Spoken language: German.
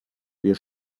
wir